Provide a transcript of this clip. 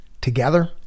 Together